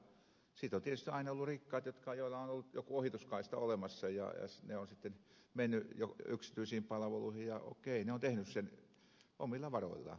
sitten on tietysti aina ollut rikkaita joilla on ollut joku ohituskaista olemassa ja he ovat sitten menneet yksityisiin palveluihin ja okei he ovat tehneet sen omilla varoillaan